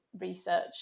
research